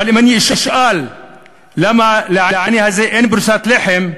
אבל אם אני אשאל למה לעני הזה אין פרוסת לחם,